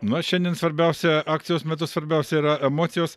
na šiandien svarbiausia akcijos metu svarbiausia yra emocijos